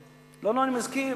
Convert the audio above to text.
בבקשה,